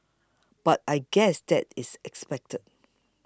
but I guess that is expected